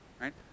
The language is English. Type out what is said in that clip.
right